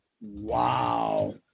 Wow